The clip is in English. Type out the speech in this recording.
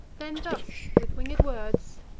then thus, with winged words,